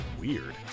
weird